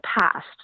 past